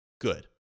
good